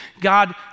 God